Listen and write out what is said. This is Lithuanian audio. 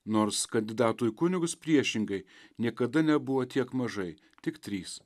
nors kandidatų į kunigus priešingai niekada nebuvo tiek mažai tik trys